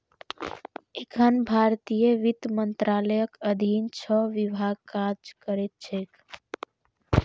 एखन भारतीय वित्त मंत्रालयक अधीन छह विभाग काज करैत छैक